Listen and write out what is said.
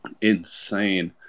insane